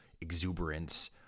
exuberance